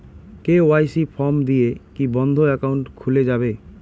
KYC form দিয়ে কি বন্ধ একাউন্ট খুলে যাবে?